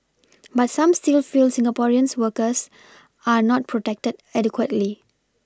but some still feel Singaporeans workers are not protected adequately